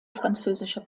französischer